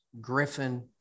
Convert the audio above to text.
Griffin